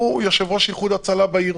הוא יושב-ראש איחוד הצלה בעיר,